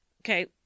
Okay